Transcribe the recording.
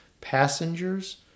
Passengers